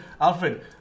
Alfred